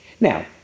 Now